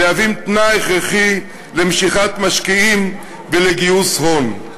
מהווים תנאי הכרחי למשיכת משקיעים ולגיוס הון.